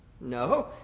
No